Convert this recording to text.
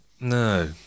no